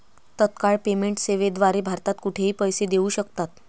तत्काळ पेमेंट सेवेद्वारे भारतात कुठेही पैसे देऊ शकतात